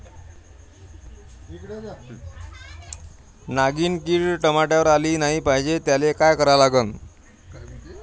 नागिन किड टमाट्यावर आली नाही पाहिजे त्याले काय करा लागन?